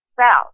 south